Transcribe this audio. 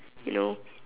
you know